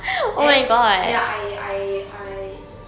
then ya I I I